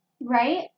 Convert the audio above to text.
Right